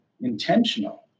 intentional